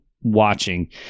watching